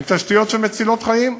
הן תשתיות שמצילות חיים,